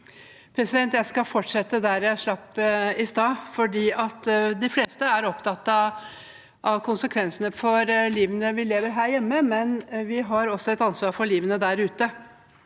budskapet. Jeg skal fortsette der jeg slapp i stad. De fleste er opptatt av konsekvensene for livet vi lever her hjemme, men vi har også et ansvar for livene der ute.